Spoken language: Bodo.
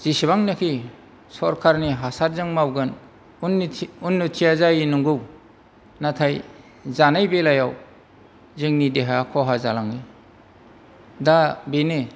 जेसेबांनोखि सोरखारनि हासारजों मावगोन उननुथि उननुथिया जायो नंगौ नाथाय जानाय बेलायाव जोंनि देहाया खहा जालाङो दा बेनो